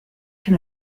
can